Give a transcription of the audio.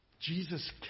Jesus